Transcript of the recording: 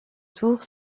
tours